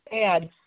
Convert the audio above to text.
add